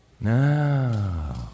No